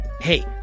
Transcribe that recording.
Hey